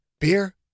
Beer